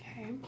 Okay